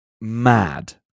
mad